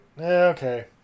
Okay